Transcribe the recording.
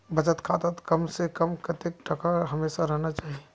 बचत खातात कम से कम कतेक टका हमेशा रहना चही?